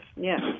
Yes